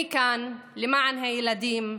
אני כאן למען הילדים,